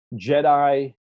Jedi